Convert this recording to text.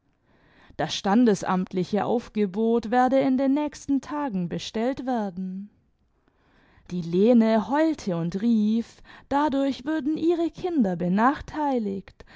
aufzuregen las standesamtliche aufgebot werde in den nächsten tagen bestellt wearden die lene heulte und rief dadurch würden ihre kinder benachteiligt